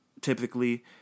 typically